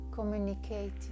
communicating